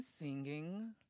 singing